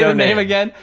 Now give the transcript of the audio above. so name again?